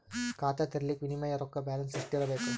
ಖಾತಾ ತೇರಿಲಿಕ ಮಿನಿಮಮ ರೊಕ್ಕ ಬ್ಯಾಲೆನ್ಸ್ ಎಷ್ಟ ಇರಬೇಕು?